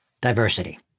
diversity